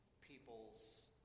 peoples